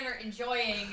enjoying